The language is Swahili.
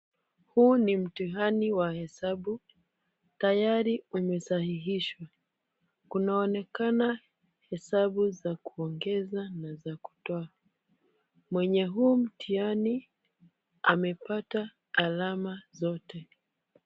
Huu ni mtihani wa hesabu, tayari umesahihishwa. Kunaonekana hesabu za kuongeza na za kutoa. Mwenye huu mtihani amepata alama zote.